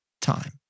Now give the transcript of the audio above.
time